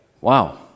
wow